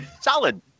Solid